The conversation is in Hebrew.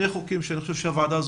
אלה שני חוקים שאני חושב שהוועדה הזאת